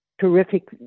terrific